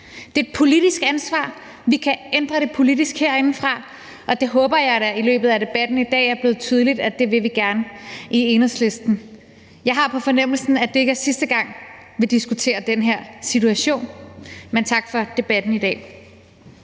Det er et politisk ansvar. Vi kan ændre det politisk herindefra, og det håber jeg da i løbet af debatten i dag er blevet tydeligt at vi gerne vil i Enhedslisten. Jeg har på fornemmelsen, at det ikke er sidste gang, vi diskuterer den her situation. Men tak for debatten i dag.